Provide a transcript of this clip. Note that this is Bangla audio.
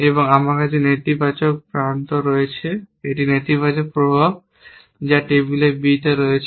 এবং আমার কাছে নেতিবাচক প্রান্ত রয়েছে এটি নেতিবাচক প্রভাব যা টেবিল B তে রয়েছে